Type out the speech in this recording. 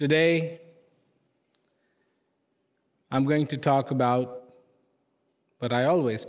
today i'm going to talk about but i always